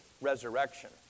resurrection